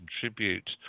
contribute